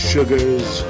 Sugars